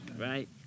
right